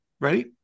Ready